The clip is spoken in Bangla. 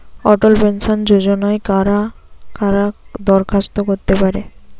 অটল পেনশন যোজনায় কারা কারা দরখাস্ত করতে পারে?